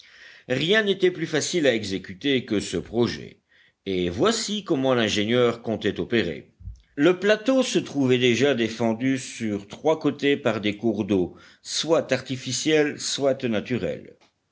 rien n'était plus facile à exécuter que ce projet et voici comment l'ingénieur comptait opérer le plateau se trouvait déjà défendu sur trois côtés par des cours d'eau soit artificiels soit naturels